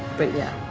but yeah.